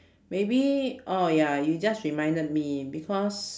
maybe oh ya you just reminded me because